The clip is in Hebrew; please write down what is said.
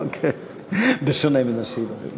אוקיי, בשונה מן השאלות.